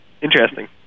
interesting